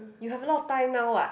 you have a lot time now what